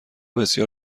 بسیار